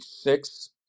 six